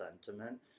sentiment